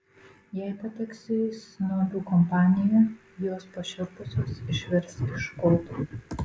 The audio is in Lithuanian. jei pateksiu į snobių kompaniją jos pašiurpusios išvirs iš koto